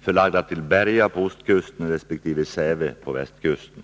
förlagda till Berga på ostkusten resp. Säve på västkusten.